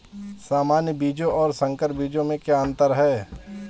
सामान्य बीजों और संकर बीजों में क्या अंतर है?